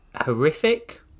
horrific